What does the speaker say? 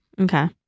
Okay